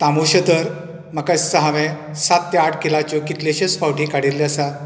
तामुशें थंय म्हाका दिसता हांवें सात ते आठ किलाचें कितलेशेंच फावटी काडिल्लें आसा